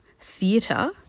theatre